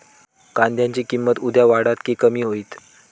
कांद्याची किंमत उद्या वाढात की कमी होईत?